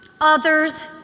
others